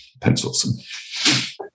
pencils